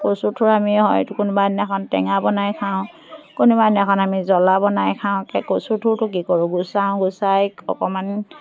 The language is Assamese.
কচুথোৰ আমি হয়তো কোনোবা দিনাখন টেঙা বনাই খাওঁ কোনোবা দিনাখন আমি জ্বলা বনাই খাওঁ একে কচুথোৰটো কি কৰোঁ গুচাওঁ গুচাই অকণমান